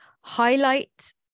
highlight